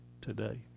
today